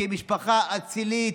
כי הם משפחה אצילית,